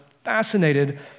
fascinated